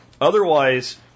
Otherwise